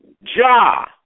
Ja